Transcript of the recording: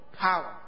power